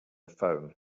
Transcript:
phone